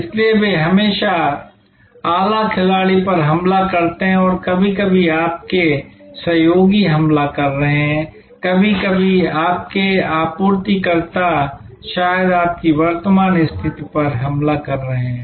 इसलिए वे हमेशा आला खिलाड़ी पर हमला करते हैं कभी कभी आपके सहयोगी हमला कर रहे हैं कभी कभी आपके आपूर्तिकर्ता शायद आपकी वर्तमान स्थिति पर हमला कर रहे हैं